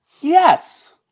Yes